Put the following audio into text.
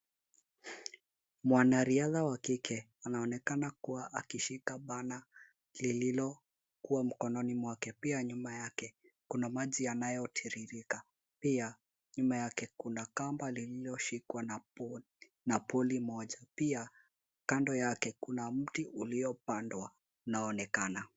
Mwanariadha wa kike anaonekana kua akishika bana lililokua mkononi mwake pia nyuma yake kuna maji yanayotiririka pia nyuma yake kuna kamba lililoshikwa na poli moja pia kando yake kuna mti uliopandwa unaonekana.